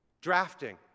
drafting